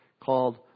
called